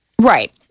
Right